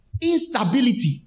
Instability